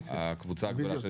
האוצר מרוצה.